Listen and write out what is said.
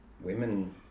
women